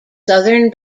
southern